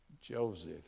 Joseph